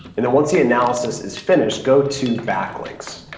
and then once the analysis is finished, go to backlinks.